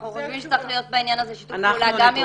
אנחנו חושבים שצריך להיות בעניין הזה שיתוף פעולה גם עם